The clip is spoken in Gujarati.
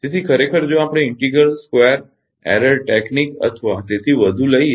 તેથી ખરેખર જો આપણે ઇન્ટિગ્રલ સ્ક્વેર એરર ટેકનિક અથવા તેથી વધુ લઈએ